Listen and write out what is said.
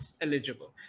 eligible